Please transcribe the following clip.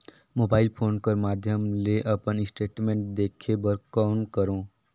Mobile phone कर माध्यम ले अपन स्टेटमेंट देखे बर कौन करों?